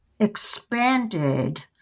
expanded